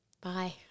Bye